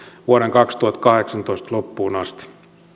vuoden kaksituhattakahdeksantoista loppuun asti